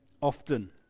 often